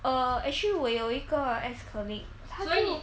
err actually 我有一个 ex colleague